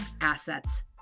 assets